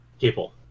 people